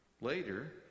Later